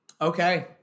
Okay